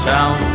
Town